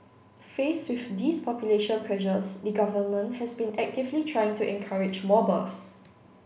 faced with these population pressures the Government has been actively trying to encourage more births